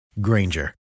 Granger